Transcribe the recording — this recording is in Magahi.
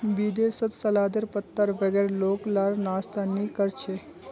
विदेशत सलादेर पत्तार बगैर लोग लार नाश्ता नि कोर छे